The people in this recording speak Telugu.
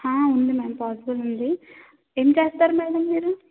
ఉంది మ్యామ్ పాజిబుల్ ఉంది ఏం చేస్తారు మేడం మీరు